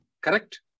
correct